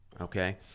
okay